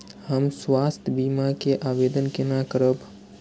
हम स्वास्थ्य बीमा के आवेदन केना करब?